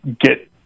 get